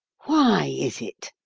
why is it,